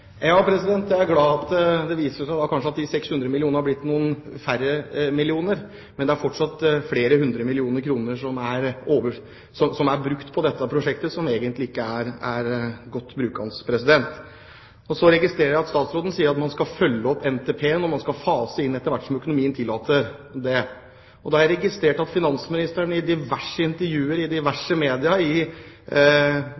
Jeg er glad for at det viser seg at disse 600 mill. kr kanskje er blitt til noen færre millioner, men det er fortsatt flere hundre millioner kroner som er brukt på dette prosjektet – som ikke er godt brukt. Så registrerer jeg at statsråden sier at man skal følge opp NTP, og man skal fase inn etter hvert som økonomien tillater det. Jeg har registrert at finansministeren i diverse intervjuer i